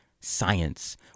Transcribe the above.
science